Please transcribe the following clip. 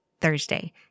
Thursday